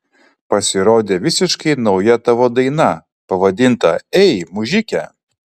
pasirodė visiškai nauja tavo daina pavadinta ei mužike